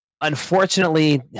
Unfortunately